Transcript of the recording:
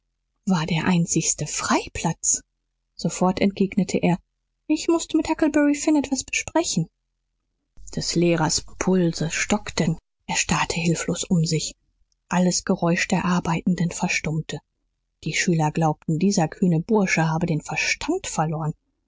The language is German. war der einzigste freiplatz sofort entgegnete er ich mußte mit huckleberry finn etwas besprechen des lehrers pulse stockten er starrte hilflos um sich alles geräusch der arbeitenden verstummte die schüler glaubten dieser kühne bursche habe den verstand verloren